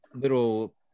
little